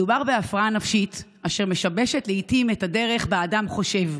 מדובר בהפרעה נפשית אשר משבשת לעיתים את הדרך שבה אדם חושב,